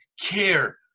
care